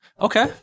Okay